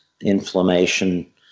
inflammation